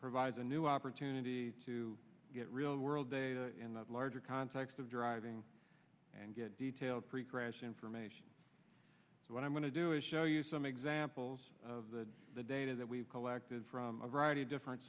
provides a new opportunity to get real world data in the larger text of driving and get detailed pre crash information so what i'm going to do is show you some examples of that the data that we've collected from a variety of different